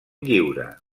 lliure